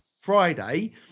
Friday